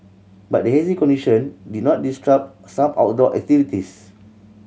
but the hazy condition did not disrupt some outdoor activities